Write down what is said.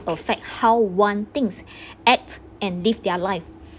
affect how want things act and live their life